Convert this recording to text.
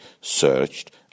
searched